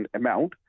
amount